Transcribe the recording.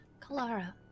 Kalara